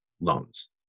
loans